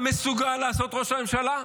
מסוגל לעשות ראש הממשלה?